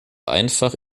einfach